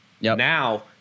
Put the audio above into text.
Now